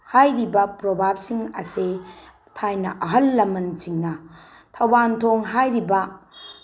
ꯍꯥꯏꯔꯤꯕ ꯄ꯭ꯔꯣꯕꯥꯞꯁꯤꯡ ꯑꯁꯤ ꯊꯥꯏꯅ ꯑꯍꯜ ꯂꯃꯟꯁꯤꯡꯅ ꯊꯧꯕꯥꯟꯊꯣꯡ ꯍꯥꯏꯔꯤꯕ